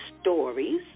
stories